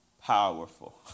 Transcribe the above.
Powerful